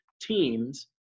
teams